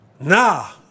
Nah